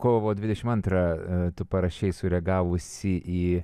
kovo dvidešimt antrą tu parašei sureagavusi į